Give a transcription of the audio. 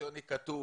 הקואליציוני כתוב